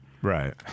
Right